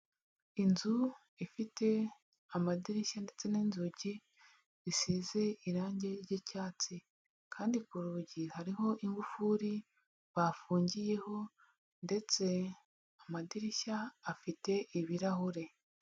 Inzu ifite amadirishya ndetse n'inzugi zisize irangi ry'icyatsi kandi ku rugi hariho ingufuri bafungiyeho ndetse amadirishya afite ibirahure.